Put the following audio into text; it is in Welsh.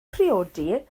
priodi